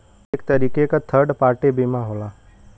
एक तरीके क थर्ड पार्टी बीमा होला